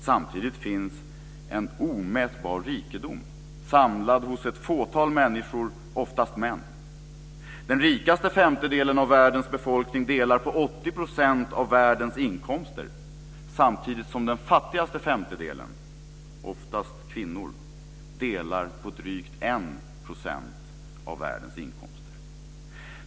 Samtidigt finns en omätbar rikedom samlad hos ett fåtal människor, oftast män. Den rikaste femtedelen av världens befolkning delar på 80 % av världens inkomster, samtidigt som den fattigaste femtedelen - oftast kvinnor - delar på drygt 1 % av världens inkomster.